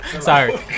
Sorry